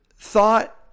thought